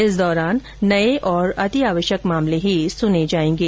इस दौरान नए और अत्यावश्यक मामले ही सुने जाएंगे